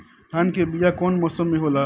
धान के बीया कौन मौसम में होला?